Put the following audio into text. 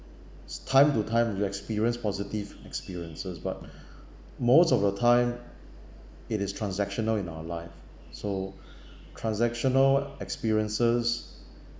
it's time to time you experience positive experiences but most of the time it is transactional in our life so transactional experiences